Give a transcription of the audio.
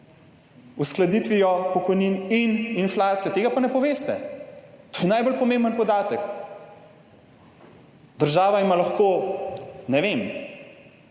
uskladitvijo pokojnin in inflacijo? Tega pa ne poveste. To je najbolj pomemben podatek. Država ima lahko, ne vem,